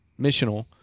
missional